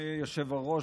אדוני היושב-ראש,